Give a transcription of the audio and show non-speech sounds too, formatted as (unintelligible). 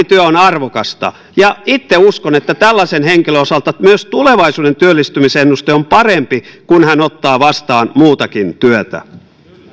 (unintelligible) työ on arvokasta ja itse uskon että tällaisen henkilön osalta myös tulevaisuuden työllistymisennuste on parempi kun hän ottaa vastaan muutakin työtä